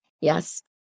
Yes